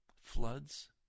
floods